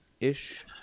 ish